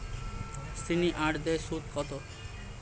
সিনিয়ারদের সুদ কত?